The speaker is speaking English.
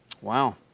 Wow